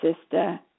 sister